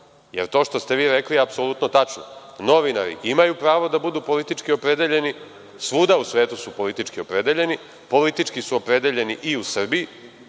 jer to što ste vi rekli je apsolutno tačno. Novinari imaju pravo da budu politički opredeljeni. Svuda u svetu su politički opredeljeni. Politički su opredeljeni i u Srbiji,